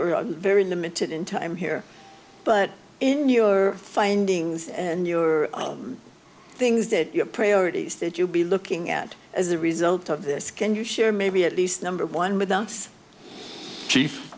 are very limited in time here but in your findings and your things that your priorities that you'll be looking at as a result of this can you share maybe at least number